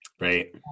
Right